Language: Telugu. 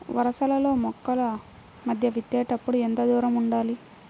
వరసలలో మొక్కల మధ్య విత్తేప్పుడు ఎంతదూరం ఉండాలి?